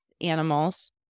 animals